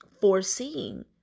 foreseeing